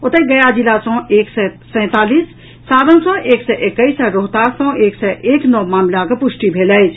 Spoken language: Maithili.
ओतहि गया जिला सँ एक सय सैंतालीस सारण सँ एक सय एकैस आ रोहतास सँ एक सय एक नव मामिलाक पुष्टि भेल अछि